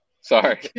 sorry